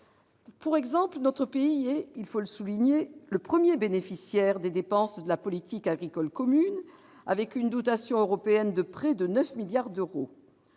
par exemple- il faut le souligner -, le premier bénéficiaire des dépenses de la politique agricole commune, avec une dotation européenne de près de 9 milliards d'euros.